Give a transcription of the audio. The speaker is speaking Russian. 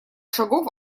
шагов